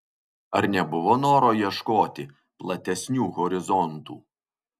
ar nebuvo noro ieškoti platesnių horizontų